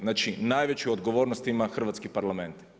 Znači najveću odgovornost ima Hrvatski parlament.